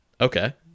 okay